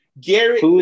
Garrett